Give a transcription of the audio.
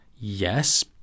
Yes